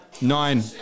Nine